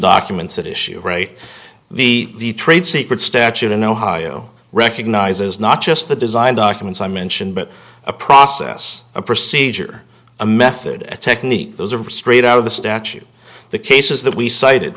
documents that issue re the the trade secret statute in ohio recognizes not just the design documents i mentioned but a process a procedure a method and technique those are straight out of the statute the cases that we cited